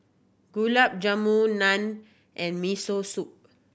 Gulab Jamun Naan and Miso Soup